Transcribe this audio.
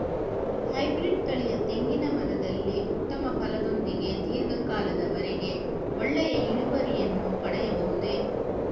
Hybrid ತಳಿಯ ತೆಂಗಿನ ಮರದಲ್ಲಿ ಉತ್ತಮ ಫಲದೊಂದಿಗೆ ಧೀರ್ಘ ಕಾಲದ ವರೆಗೆ ಒಳ್ಳೆಯ ಇಳುವರಿಯನ್ನು ಪಡೆಯಬಹುದೇ?